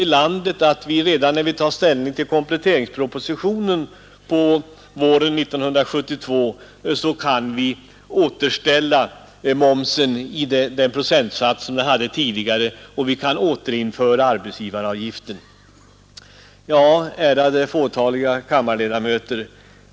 Ni sade att när vi tar ställning till kompletteringspropositionen våren 1972 kanske konjunktursituationen i landet är sådan att vi kan återföra momsen till den procentsats den hade tidigare och återinföra arbetsgivaravgiften. Ja, ärade fåtaliga kammarledamöter!